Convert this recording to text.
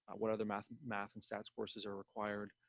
what other math math and stats courses are required.